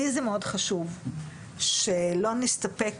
זה מאוד חשוב שלא נסתפק,